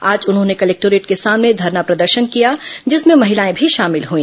आज उन्होंने कलेक्टोरेट के सामने धरना प्रदर्शन किया जिसमें महिलाएं भी शामिल हई